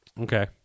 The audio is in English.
Okay